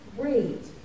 great